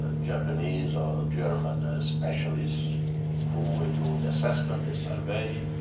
japanese or german ah specialists who will do the assesment, the survey,